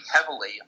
heavily